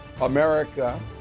America